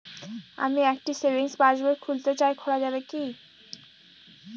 আমি একটি সেভিংস পাসবই খুলতে চাই খোলা যাবে কি?